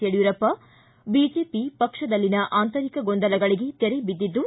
Yediyurappa BJP ಪಕ್ಷದಲ್ಲಿನ ಆಂತರಿಕ ಗೊಂದಲಗಳಿಗೆ ತೆರೆ ಬಿದ್ದಿದ್ದು